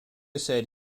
said